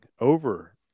over